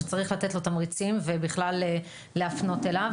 שצריך לתת לו תמריצים ובכלל להפנות אליו,